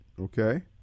Okay